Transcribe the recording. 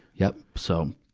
yup. so,